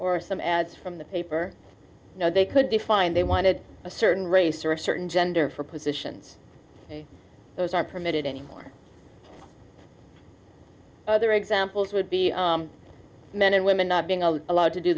or some ads from the paper you know they could be fined they wanted a certain race or a certain gender for positions and those are permitted anywhere other examples would be men and women not being allowed